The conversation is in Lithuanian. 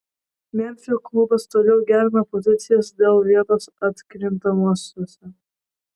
memfio klubas toliau gerina pozicijas dėl vietos atkrintamosiose